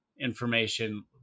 information